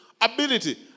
Ability